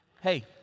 Hey